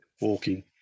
walking